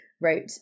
wrote